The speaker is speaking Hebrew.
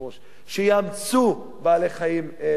שיאמצו בעלי-חיים לבתיהן.